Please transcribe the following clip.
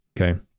okay